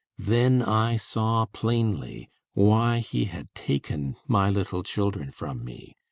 then i saw plainly why he had taken my little children from me.